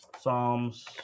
Psalms